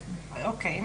חיפה.